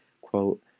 quote